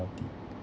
it